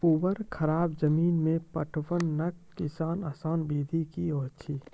ऊवर खाबड़ जमीन मे पटवनक आसान विधि की ऐछि?